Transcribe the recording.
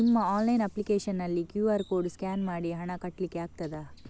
ನಿಮ್ಮ online application ನಲ್ಲಿ QR code scan ಮಾಡಿ ಹಣ ಕಟ್ಲಿಕೆ ಆಗ್ತದ?